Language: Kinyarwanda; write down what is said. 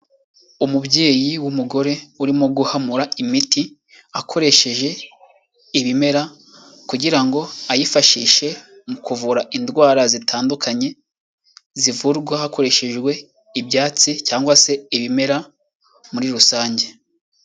Umubyeyi w'umugore urimo guhamura imiti akoresheje ibimera kugira ngo ayifashishe mu kuvura indwara zitandukanye zivurwa hakoreshejwe ibyatsi cyangwa se ibimera muri rusange.